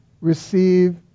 receive